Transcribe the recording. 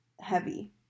heavy